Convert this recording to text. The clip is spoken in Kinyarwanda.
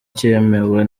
cyemewe